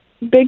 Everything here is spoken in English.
Big